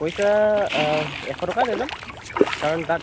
পইচা এশ টকা লৈ যাম কাৰণ তাত